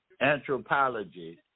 anthropology